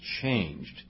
changed